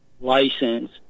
license